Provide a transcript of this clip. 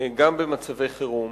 גם במצבי חירום.